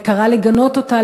וקרא לגנות אותה,